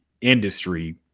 industry